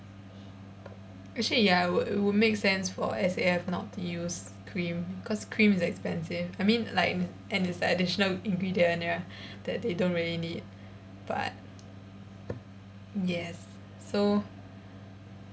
actually ya would would make sense for S_A_F not to use cream because cream is expensive I mean like and it's like additional ingredient ya that they don't really need but yes so